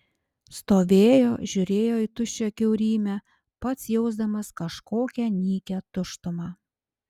stovėjo žiūrėjo į tuščią kiaurymę pats jausdamas kažkokią nykią tuštumą